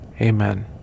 amen